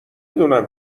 دونم